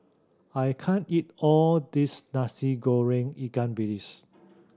I can't eat all this Nasi Goreng ikan bilis